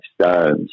stones